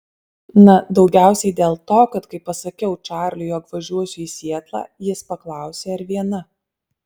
na daugiausiai dėl to kad kai pasakiau čarliui jog važiuosiu į sietlą jis paklausė ar viena